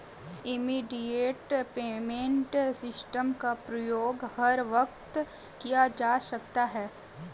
immediate payment system का प्रयोग हर वक्त किया जा सकता है